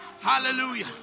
hallelujah